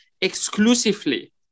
exclusively